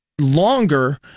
longer